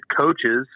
coaches